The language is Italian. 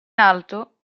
alto